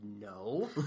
no